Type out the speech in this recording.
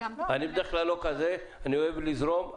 אני בדרך כלל לא כזה, אני אוהב לזרום,